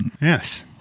Yes